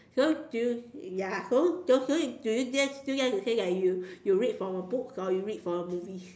so so you ya so so do you dare still dare to say that you you read from books or from movies